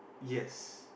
yes